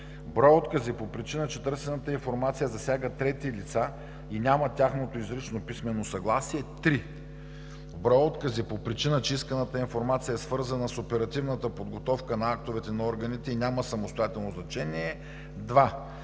Брой откази по причина, че търсената информация засяга трети лица, и няма тяхното изрично писмено съгласие – 3. Брой откази по причина, че исканата информация е свързана с оперативната подготовка на актовете на органите и няма самостоятелно значение – 2.